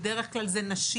בדרך כלל אלה נשים.